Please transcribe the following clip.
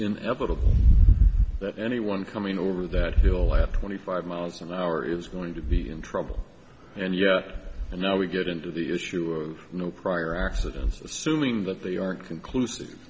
inevitable that anyone coming over that hill at twenty five miles an hour is going to be in trouble and yet now we get into the issue of no prior accidents assuming that they aren't conclusive